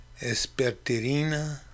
Esperterina